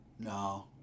No